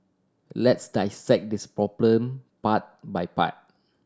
let's dissect this problem part by part